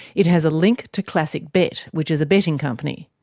it has a link to classic bet, which is a betting company.